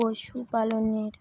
পশুপালনের